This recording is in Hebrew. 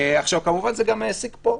כמובן זה גם העסיק פה.